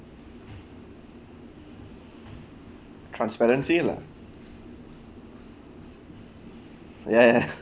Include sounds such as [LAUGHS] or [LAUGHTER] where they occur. transparency lah ya [LAUGHS]